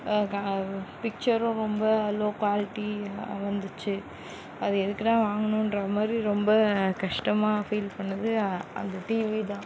க பிட்சரும் ரொம்ப லோ குவால்ட்டியாக வந்துச்சு அது எதுக்குடா வாங்குனோகிற மாதிரி ரொம்ப கஷ்டமாக ஃபீல் பண்ணிணது அந்த டிவி தான்